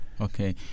okay